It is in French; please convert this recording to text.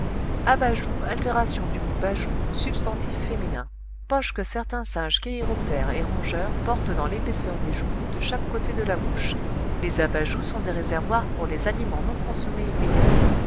abajoues altération du mot bajoues substantif féminin poches que certains singes chéiroptères et rongeurs portent dans l'épaisseur des joues de chaque côté de la bouche les abajoues sont des réservoirs pour les aliments non consommés immédiatement